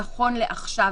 נכון לעכשיו,